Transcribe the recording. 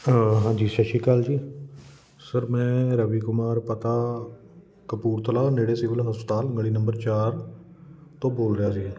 ਹਾਂਜੀ ਸਤਿ ਸ਼੍ਰੀ ਅਕਾਲ ਜੀ ਸਰ ਮੈਂ ਰਵੀ ਕੁਮਾਰ ਪਤਾ ਕਪੂਰਥਲਾ ਨੇੜੇ ਸਿਵਲ ਹਸਪਤਾਲ ਗਲੀ ਨੰਬਰ ਚਾਰ ਤੋਂ ਬੋਲ ਰਿਹਾ ਸੀਗਾ